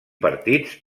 partits